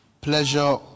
pleasure